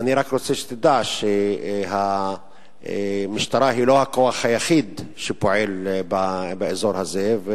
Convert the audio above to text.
אני רק רוצה שתדע שהמשטרה היא לא הכוח היחיד שפועל באזור הזה,